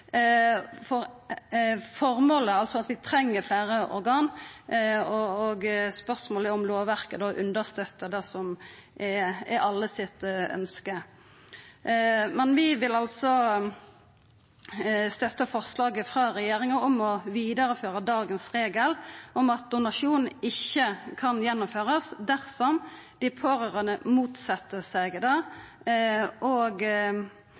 Formålet er fleire organ, som vi treng, og spørsmålet er om lovverket då understøttar det som er alle sitt ønske. Men vi vil altså støtta forslaget frå regjeringa om å vidareføra dagens regel om at donasjon ikkje kan gjennomførast dersom dei pårørande motset seg det, og